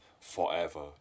forever